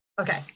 Okay